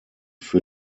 für